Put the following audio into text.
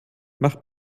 macht